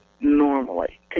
normally